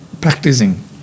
Practicing